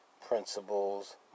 principles